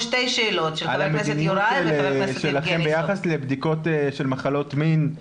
על המדיניות שלכם ביחס לבדיקות של מחלות מין,